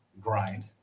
grind